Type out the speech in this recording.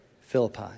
Philippi